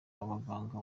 abaganga